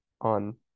on